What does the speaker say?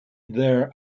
there